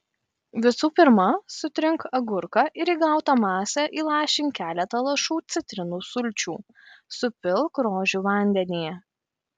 visų pirma sutrink agurką ir į gautą masę įlašink keletą lašų citrinų sulčių supilk rožių vandenį